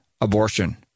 abortion